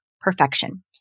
perfection